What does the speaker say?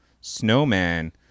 snowman